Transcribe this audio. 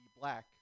black